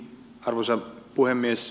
arvoisa puhemies